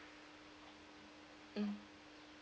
mm